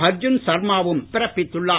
அர்ஜுன் சர்மாவும் பிறப்பித்துள்ளார்